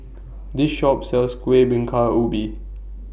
This Shop sells Kuih Bingka Ubi